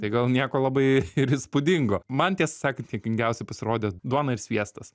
tai gal nieko labai ir įspūdingo man tiesą sakant juokingiausia pasirodė duona ir sviestas